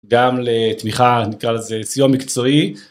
גם לתמיכה, נקרא לזה סיוע מקצועי.